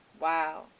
Wow